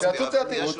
התייעצות סיעתית.